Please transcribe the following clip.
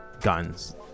guns